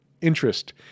interest